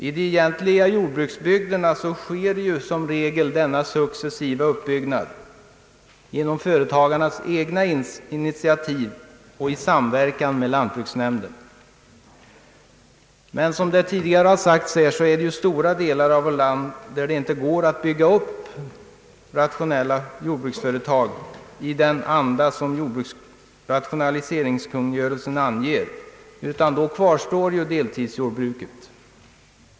I de egentliga jordbruksbygderna sker som regel denna successiva uppbyggnad genom företagarnas egna initiativ och i samverkan med lantbruksnämnden. Som det också har sagts tidigare, finns det stora delar av vårt land där det inte går att bygga upp rationella jordbruksföretag i den anda som jordbruksrationaliseringskungörelsen anger, utan då kvarstår deltidsjordbruket.